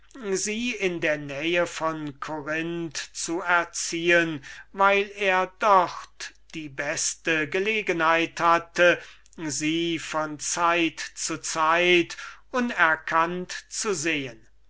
sie in der nähe von corinth zu erziehen weil er dort die beste gelegenheit hatte sie von zeit zu zeit unerkannt zu sehen